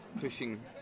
pushing